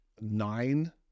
nine